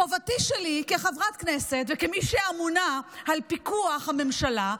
חובתי שלי כחברת כנסת וכמי שאמונה על פיקוח הממשלה,